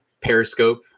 periscope